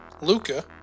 Luca